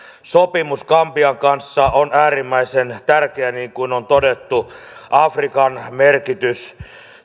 sopimus gambian kanssa on äärimmäisen tärkeä niin kuin on todettu afrikan merkitys